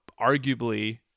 arguably